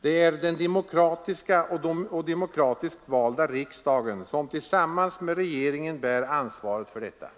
Det är den demokratiska och demokratiskt valda riksdagen som tillsammans med regeringen bär ansvaret härför.